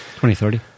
2030